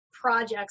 projects